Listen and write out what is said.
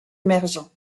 émergents